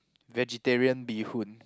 vegetarian bee hoon